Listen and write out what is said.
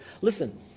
Listen